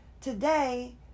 today